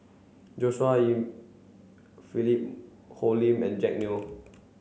Joshua Ip Philip Hoalim and Jack Neo